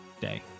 day